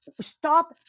stop